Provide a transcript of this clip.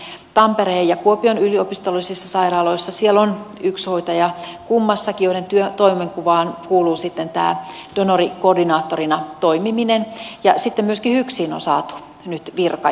esimerkiksi tampereen ja kuopion yliopistollisissa sairaaloissa on yksi hoitaja kummassakin joiden toimenkuvaan kuuluu sitten tämä donorikoordinaattorina toimiminen ja sitten myöskin hyksiin on saatu nyt virka